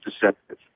deceptive